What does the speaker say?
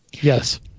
Yes